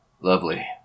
Lovely